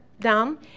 down